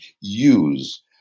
use